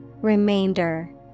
Remainder